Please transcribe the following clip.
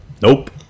Nope